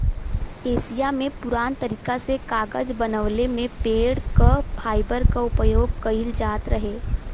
Asia में पुरान तरीका से कागज बनवले में पेड़ क फाइबर क उपयोग कइल जात रहे